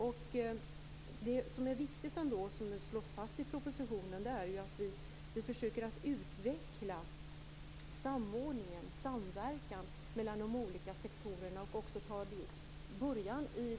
Det som är viktigt ändå, och som slås fast i propositionen, är att vi, med början i de regionala tillväxtavtalen, försöker att utveckla samordning och samverkan mellan de olika sektorerna.